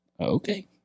Okay